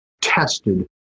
tested